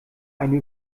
eine